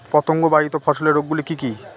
পতঙ্গবাহিত ফসলের রোগ গুলি কি কি?